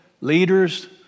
leaders